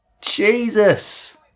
Jesus